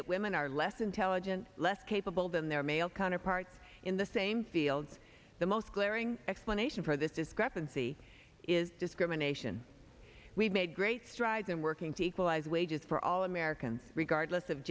that women are less intelligent less capable than their male counterparts in the same fields the most glaring explanation for this discrepancy is discrimination we've made great strides in working to equalize wages for all americans regardless of